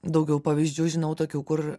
daugiau pavyzdžių žinau tokių kur